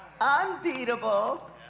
unbeatable